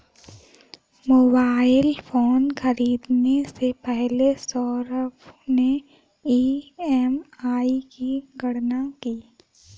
mobile phone खरीदने से पहले सौरभ ने ई.एम.आई की गणना की